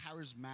charismatic